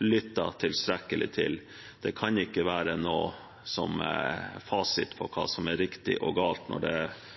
lyttet tilstrekkelig til. Det kan ikke være noen fasit på hva som er riktig og galt, når det er